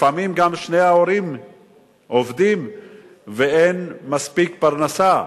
לפעמים גם שני ההורים עובדים ואין מספיק פרנסה,